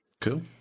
Cool